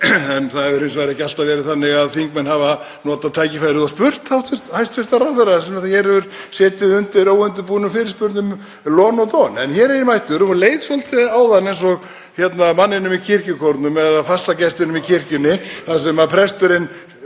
En það hefur hins vegar ekki alltaf verið þannig að þingmenn hafi notað tækifærið og spurt hæstv. ráðherra sem hér hefur setið undir óundirbúnum fyrirspurnum lon og don. En ég er mættur og leið svolítið áðan eins og manninum í kirkjukórnum eða fastagestinum í kirkjunni þar sem presturinn